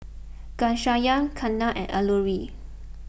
Ghanshyam Ketna and Alluri